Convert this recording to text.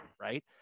right